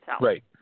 Right